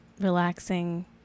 relaxing